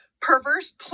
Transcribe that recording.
perverse